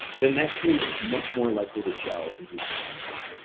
then that team is much more likely to gel and do something amazing.